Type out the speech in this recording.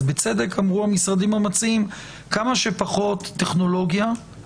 ובצדק אמרו המשרדים המציעים: כמה שפחות הגדרות